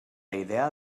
idea